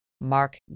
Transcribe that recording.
Mark